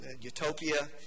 Utopia